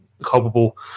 culpable